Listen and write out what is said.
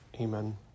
Amen